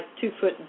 two-foot